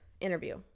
interview